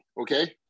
okay